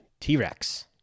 T-Rex